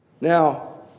Now